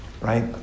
right